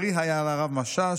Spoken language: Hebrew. ברי היה לרב משאש